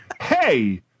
Hey